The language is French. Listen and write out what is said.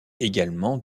également